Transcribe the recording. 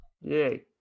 Yay